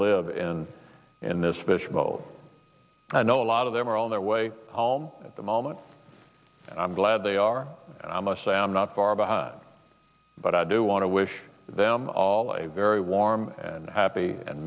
live in in this fishbowl i know a lot of them are on their way at the moment i'm glad they are i must say i am not far behind but i do want to wish them all a very warm and happy and